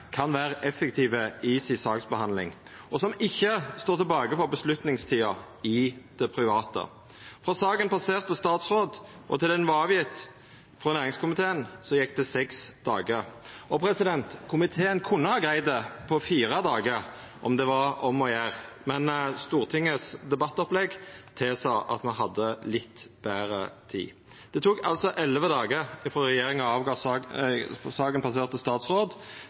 kan vera effektiv i saksbehandlinga si og ikkje står tilbake for avgjerdstida i det private. Frå saka passerte statsråd til næringskomiteen gav ho frå seg gjekk det seks dagar. Komiteen kunne ha greidd det på fire dagar om det var om å gjera, men Stortingets debattopplegg tilsa at me hadde litt betre tid. Det tok altså elleve dagar frå saka passerte statsråd